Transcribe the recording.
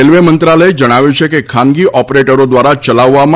railway મંત્રાલયે જણાવ્યું છે કે ખાનગી રેલવે ઓપરેટરો દ્વારા ચલાવવામાં